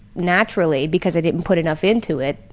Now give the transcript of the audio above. naturally because i didn't put enough into it,